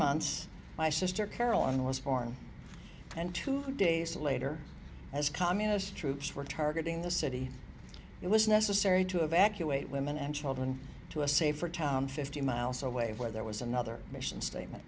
months my sister caroline was born and two days later as communist troops were targeting the city it was necessary to evacuate women and children to a safer town fifty miles away where there was another mission statement